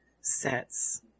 sets